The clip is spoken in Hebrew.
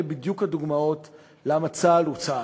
אלה בדיוק הדוגמאות למה צה"ל הוא צה"ל,